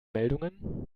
meldungen